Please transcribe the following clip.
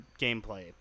gameplay